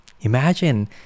Imagine